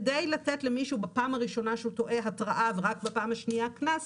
כדי לתת למישהו בפעם הראשונה שהוא טועה התראה ורק בפעם השנייה קנס,